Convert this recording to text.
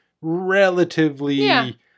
relatively